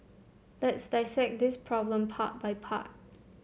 let's dissect this problem part by part